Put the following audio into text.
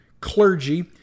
Clergy